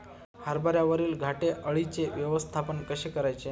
हरभऱ्यावरील घाटे अळीचे व्यवस्थापन कसे करायचे?